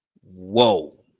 Whoa